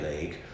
League